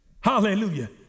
Hallelujah